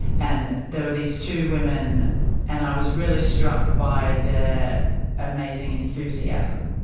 and there were these two women and i was really struck by their amazing enthusiasm.